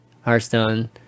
Hearthstone